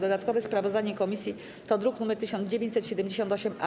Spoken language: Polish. Dodatkowe sprawozdanie komisji to druk nr 1978-A.